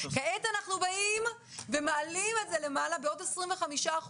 כעת אנחנו באים ומעלים את זה למעלה בעוד 25%,